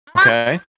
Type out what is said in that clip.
Okay